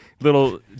little